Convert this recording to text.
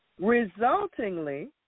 Resultingly